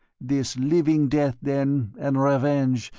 this living death, then, and revenge,